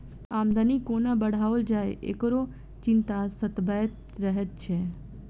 आमदनी कोना बढ़ाओल जाय, एकरो चिंता सतबैत रहैत छै